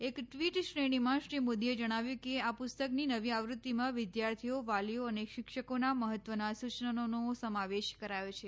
એક ટ્વીટ શ્રેણીમાં શ્રી મોદીએ જણાવ્યું કે આ પુસ્તકની નવી આવૃત્તિમાં વિદ્યાર્થીઓ વાલીઓ અને શિક્ષકોના મહત્ત્વના સૂચનોનો સમાવેશ કરાયો છે